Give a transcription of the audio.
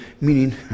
meaning